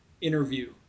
interview